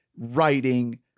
writing